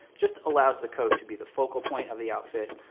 just allows the coat to be the focal point of the outfit.